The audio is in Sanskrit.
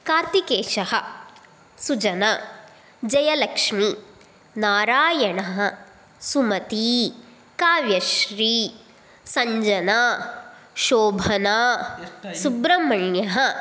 कार्तिकेशः सुजना जयलक्ष्मीः नारायणः सुमती काव्यश्री सञ्जना शोभना सुब्रह्मण्यः